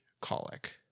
colic